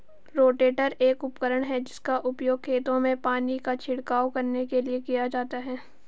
rotator एक उपकरण है जिसका उपयोग खेतों में पानी का छिड़काव करने के लिए किया जाता है